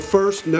First